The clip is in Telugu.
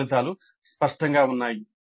కోర్సు ఫలితాలు స్పష్టంగా ఉన్నాయి